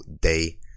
day